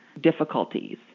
difficulties